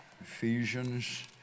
Ephesians